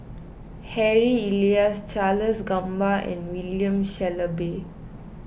Harry Elias Charles Gamba and William Shellabear